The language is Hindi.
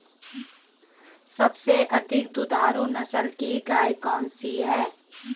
सबसे अधिक दुधारू नस्ल की गाय कौन सी है?